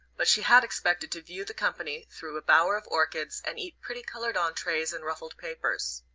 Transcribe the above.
but she had expected to view the company through a bower of orchids and eat pretty-coloured entrees in ruffled papers.